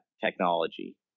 technology